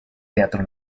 teatro